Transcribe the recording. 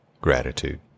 gratitude